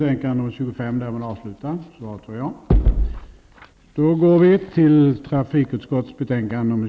Herr talman!